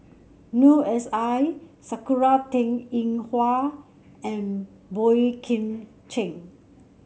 Noor S I Sakura Teng Ying Hua and Boey Kim Cheng